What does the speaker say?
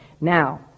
Now